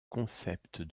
concept